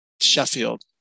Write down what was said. Sheffield